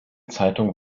zeitung